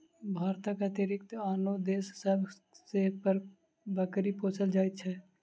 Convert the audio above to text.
भारतक अतिरिक्त आनो देश सभ मे बकरी पोसल जाइत छै